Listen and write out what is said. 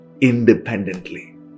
independently